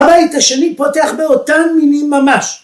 ‫הבית השני פותח באותם מינים ממש.